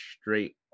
straight